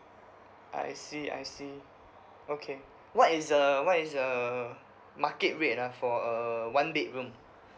I see I see okay what is uh what is uh market rate ah for a one bedroom